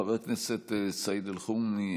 חבר הכנסת סעיד אלחרומי,